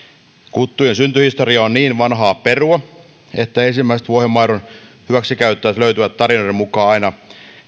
kuttujen syntyhistoria on niin vanhaa perua että ensimmäiset vuohenmaidon hyväksikäyttäjät löytyvät tarinoiden mukaan aina